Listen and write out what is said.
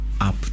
up